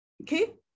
Okay